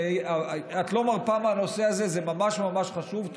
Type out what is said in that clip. את לא מרפה מהנושא הזה, זה ממש ממש חשוב.